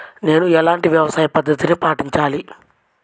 నేను ఎలాంటి వ్యవసాయ పద్ధతిని పాటించాలి?